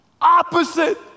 opposite